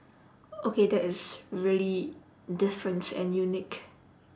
okay that is really different and unique